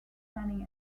manning